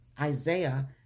Isaiah